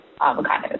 avocados